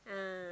ah